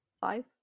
five